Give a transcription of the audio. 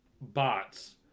bots